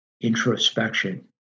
introspection